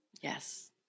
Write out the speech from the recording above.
Yes